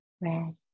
red